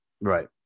Right